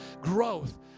growth